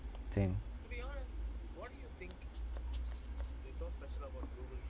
same